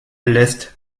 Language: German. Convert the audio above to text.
lässt